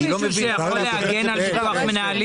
יש מישהו שיכול להגן על ביטוח מנהלים?